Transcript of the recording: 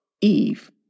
Eve